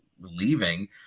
leaving